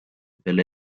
veel